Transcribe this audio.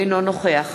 אינו נוכח